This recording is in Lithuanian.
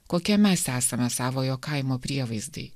kokie mes esame savojo kaimo prievaizdai